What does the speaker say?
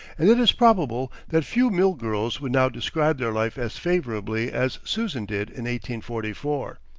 and it is probable that few mill girls would now describe their life as favorably as susan did in one forty four.